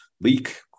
leak